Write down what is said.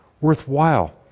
worthwhile